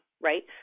right